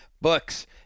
Books